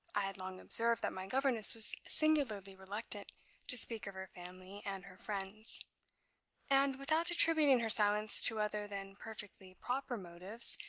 i had long observed that my governess was singularly reluctant to speak of her family and her friends and, without attributing her silence to other than perfectly proper motives,